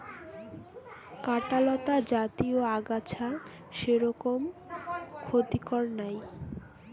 কাঁটালতা জাতীয় আগাছা সেরকম ক্ষতিকর নাই